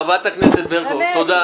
חברת הכנסת ברקו, תודה.